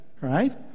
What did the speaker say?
right